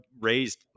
raised